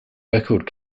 record